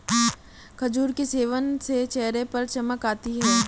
खजूर के सेवन से चेहरे पर चमक आती है